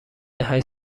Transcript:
هشت